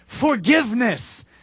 Forgiveness